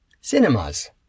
cinemas